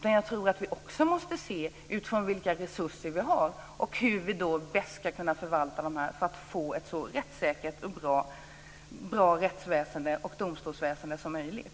Vi måste anpassa oss efter de resurser som finns och förvalta dem på bästa sätt för att vi ska få ett så rättssäkert rättsväsende och domstolsväsende som möjligt.